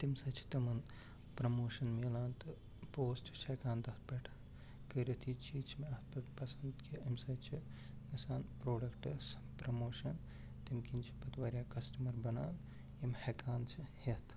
تٔمۍ سۭتۍ چھِ تِمَن پرموشَن مِلان تہٕ پوشٹ چھِ ہٮ۪کان تَتھ پٮ۪ٹھ کٔرِتھ یہِ چیٖز چھِ مےٚ اَتھ پٮ۪ٹھ پسنٛد کہ أمۍ سۭتۍ چھِ گژھان پروڈکٹَس پرموشَن تٔمۍ کِنۍ چھِ پتہٕ واریاہ کَسٹَمَر بنان یِم ہٮ۪کان چھِ ہٮ۪تھ